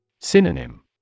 Synonym